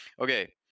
Okay